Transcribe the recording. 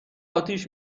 اتیش